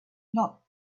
not